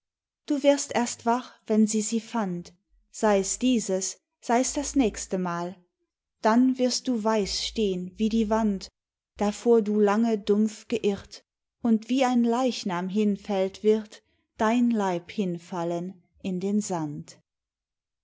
du wirst erst wach wenn sie sie fand sei's dieses sei's das nächste mal dann wirst du weiß stehn wie die wand davor du lange dumpf geirrt und wie ein leichnam hinfällt wird dein leib hinfallen in den sand